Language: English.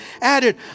added